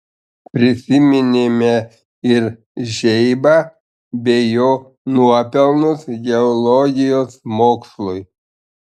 prisiminėme ir žeibą bei jo nuopelnus geologijos mokslui